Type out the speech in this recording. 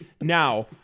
now